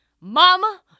mama